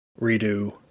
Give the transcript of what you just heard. redo